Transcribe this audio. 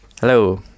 Hello